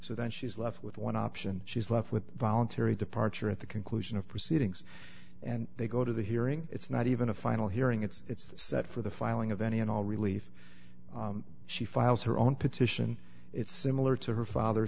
so then she's left with one option she's left with voluntary departure at the conclusion of proceedings and they go to the hearing it's not even a final hearing it's set for the filing of any and all relief she files her own petition it's similar to her father